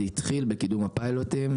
זה התחיל בקידום הפיילוטים.